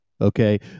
Okay